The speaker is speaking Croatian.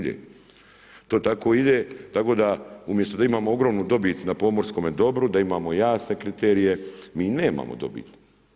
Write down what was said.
To tako ide, tako da umjesto da imamo ogromno dobit na pomorskome dobru, da imamo jasne kriterije, mi nemamo dobit.